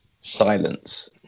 silence